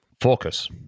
focus